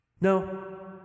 No